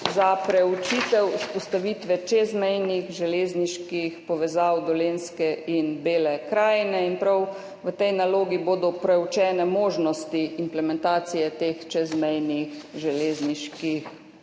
za preučitev vzpostavitve čezmejnih železniških povezav Dolenjske in Bele krajine. Prav v tej nalogi bodo preučene možnosti implementacije teh čezmejnih železniških povezav,